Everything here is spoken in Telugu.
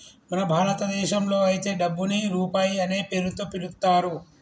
మన భారతదేశంలో అయితే డబ్బుని రూపాయి అనే పేరుతో పిలుత్తారు